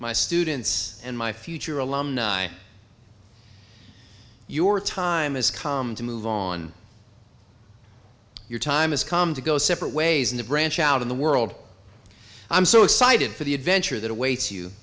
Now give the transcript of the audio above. my students and my future alumni your time has come to move on your time has come to go separate ways and to branch out in the world i'm so excited for the adventure that awaits you